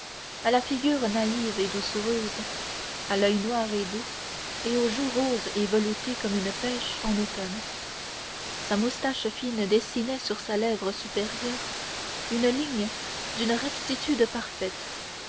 à la figure naïve et doucereuse à l'oeil noir et doux et aux joues roses et veloutées comme une pêche en automne sa moustache fine dessinait sur sa lèvre supérieure une ligne d'une rectitude parfaite